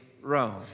Rome